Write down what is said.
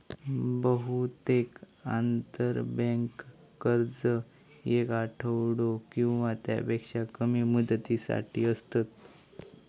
बहुतेक आंतरबँक कर्ज येक आठवडो किंवा त्यापेक्षा कमी मुदतीसाठी असतत